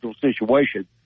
situation